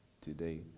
today